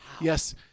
Yes